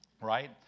right